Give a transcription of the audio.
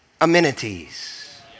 amenities